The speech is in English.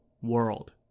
world